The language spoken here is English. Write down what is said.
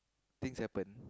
things happen